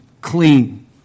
clean